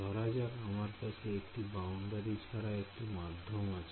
ধরা যাক আমার কাছে একটি বাউন্ডারি ছাড়া একটি মাধ্যম আছে